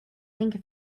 link